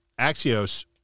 Axios